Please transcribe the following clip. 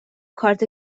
کارت